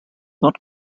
not